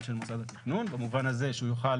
של מוסד התכנון במובן הזה שהוא יוכל